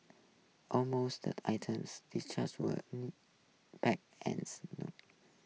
almost the items distrust were any and snow